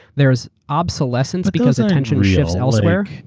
there's obsolescence because the tension shifts elsewhere.